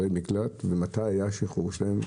ומתי היה השחרור שלהם?